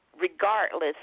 regardless